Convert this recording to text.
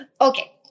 Okay